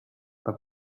but